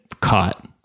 caught